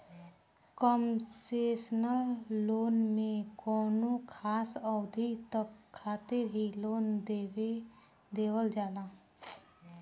concessional loan में कौनो खास अवधि तक खातिर ही लोन देवल जाला